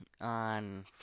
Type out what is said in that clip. on